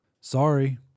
Sorry